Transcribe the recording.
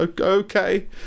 okay